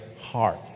heart